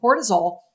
cortisol